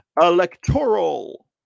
electoral